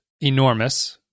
enormous –